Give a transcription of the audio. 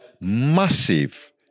massive